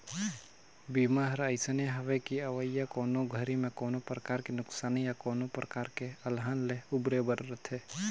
बीमा हर अइसने हवे कि अवइया कोनो घरी मे कोनो परकार के नुकसानी या कोनो परकार के अलहन ले उबरे बर रथे